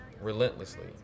relentlessly